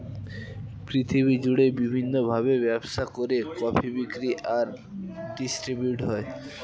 পৃথিবী জুড়ে বিভিন্ন ভাবে ব্যবসা করে কফি বিক্রি আর ডিস্ট্রিবিউট হয়